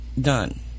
done